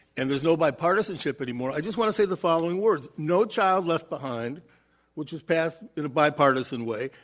and there's no bipartisanship anymore, i just want to say the following words, no child left behind which was passed in a bipartisan way,